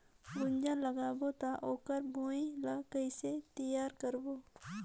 गुनजा लगाबो ता ओकर भुईं ला कइसे तियार करबो?